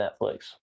Netflix